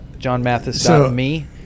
johnmathis.me